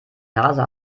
nase